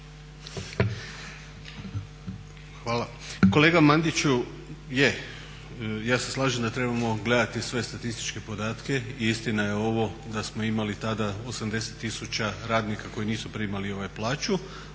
Hvala. Kolega Mandiću, je ja se slažem da trebamo gledati sve statističke podatke i istina je ovo da smo imali tada 80 tisuća radnika koji nisu primali plaću.